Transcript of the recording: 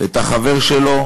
את החבר שלו,